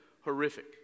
horrific